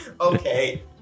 Okay